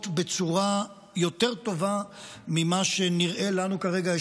בצורה יותר טובה ממה שנראה לנו כרגע.